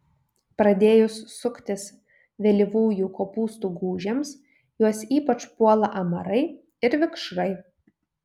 pradėjus suktis vėlyvųjų kopūstų gūžėms juos ypač puola amarai ir vikšrai